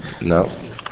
no